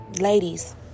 Ladies